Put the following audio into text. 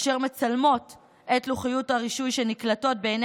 אשר מצלמות את לוחיות הרישוי שנקלטות בעיני